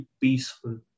peaceful